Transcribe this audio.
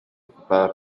ocupada